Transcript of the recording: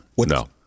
No